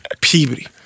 Peabody